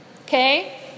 Okay